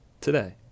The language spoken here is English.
today